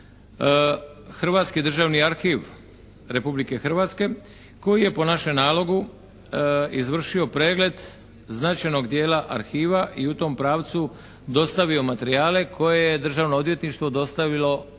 Hrvatski državni arhiv Republike Hrvatske koji je po našem nalogu izvršio predmet značajnog dijela arhiva i u tom pravcu dostavio materijale koje je Državno odvjetništvo dostavilo